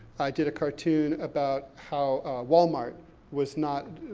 i did a cartoon about how walmart was not,